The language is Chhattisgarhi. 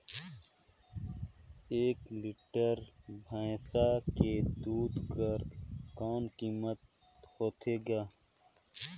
एक लीटर भैंसा के दूध कर कौन कीमत होथे ग?